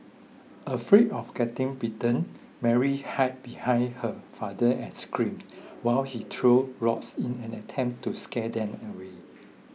afraid of getting bitten Mary hide behind her father and screamed while he throw rocks in an attempt to scare them away